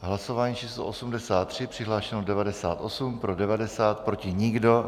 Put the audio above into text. Hlasování číslo 83, přihlášeno je 98, pro 90, proti nikdo.